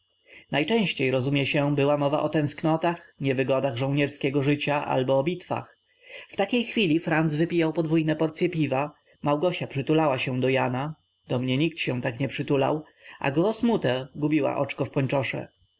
najczęściej rozumie się była mowa o tęsknotach niewygodach żołnierskiego życia albo o bitwach w takiej chwili franc wypijał podwójne porcye piwa małgosia przytulała się do jana do mnie nikt się tak nie przytulał a grossmutter gubiła oczka w